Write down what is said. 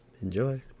enjoy